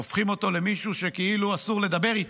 הופכים אותו למישהו שכאילו אסור לדבר איתו,